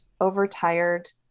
overtired